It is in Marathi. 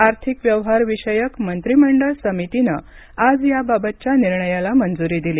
आर्थिक व्यवहारविषयक मंत्रीमंडळ समितीनं आज याबाबतच्या निर्णयाला मंजुरी दिली